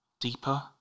Deeper